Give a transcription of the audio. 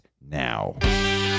now